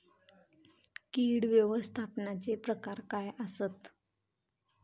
कीड व्यवस्थापनाचे प्रकार काय आसत?